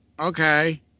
Okay